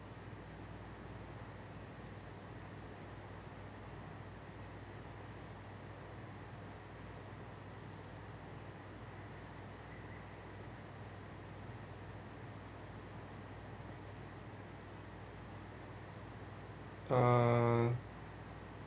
uh